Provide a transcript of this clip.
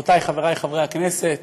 חברותי וחברי חברי הכנסת,